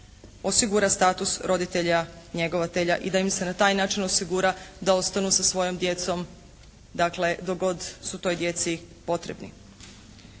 osigura status roditelja njegovatelja i da im se na taj način osigura da ostanu sa svojom djecom dakle dok god su toj djeci potrebni.